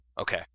Okay